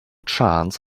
chance